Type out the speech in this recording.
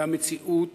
והמציאות